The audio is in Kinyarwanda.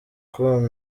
com